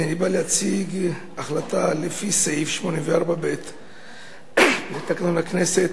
הנני בא להציג החלטה לפי סעיף 84(ב) לתקנון הכנסת,